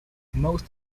most